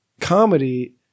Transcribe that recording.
comedy